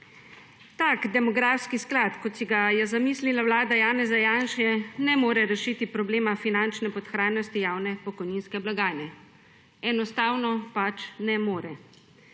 Tak demografski sklad, kot si ga je zamislila vlada Janeza Janše, ne more rešiti problema finančne podhranjenosti javne pokojninske blagajne. Enostavno ne more.